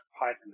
Python